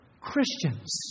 Christians